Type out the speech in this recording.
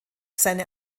seine